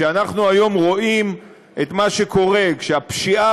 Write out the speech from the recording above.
כשאנחנו היום רואים את מה שקורה כשהפשיעה